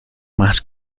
más